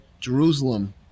Jerusalem